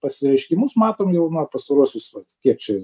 pasireiškimus matom jau na pastaruosius vat kiek čia